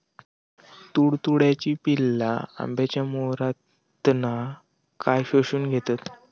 तुडतुड्याची पिल्ला आंब्याच्या मोहरातना काय शोशून घेतत?